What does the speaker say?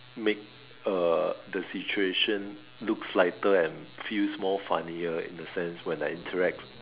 make uh the situation looks lighter and feels more funnier in the sense when I interact